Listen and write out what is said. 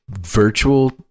virtual